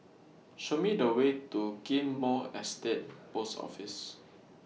Show Me The Way to Ghim Moh Estate Post Office